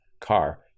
car